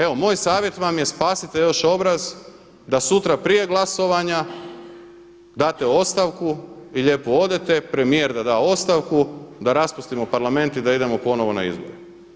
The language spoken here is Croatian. Evo moj savjet vam je spasite još obraz da sutra prije glasovanja date ostavku i lijepo odete, premijer da da ostavku, da raspustimo Parlament i da idemo ponovo na izbore.